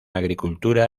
agricultura